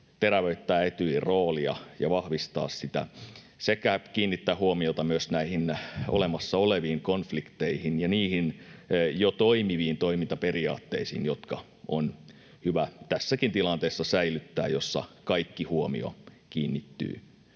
terävöittää Etyjin roolia ja vahvistaa sitä sekä kiinnittää huomiota myös näihin olemassa oleviin konflikteihin ja niihin jo toimiviin toimintaperiaatteisiin, jotka on hyvä säilyttää tässäkin tilanteessa, jossa kaikki huomio kiinnittyy